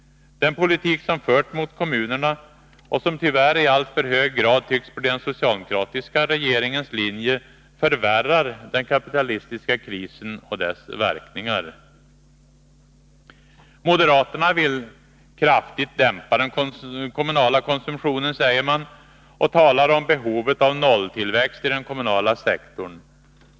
Den politik som förts mot kommunerna, och som tyvärr i alltför hög grad tycks bli den socialdemokratiska regeringens linje, förvärrar den kapitalistiska krisen och dess verkningar. Moderaterna vill kraftigt dämpa den kommunala konsumtionen och talar om behovet av nolltillväxt i den kommunala sektorn.